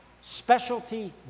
specialty